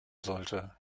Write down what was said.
sollte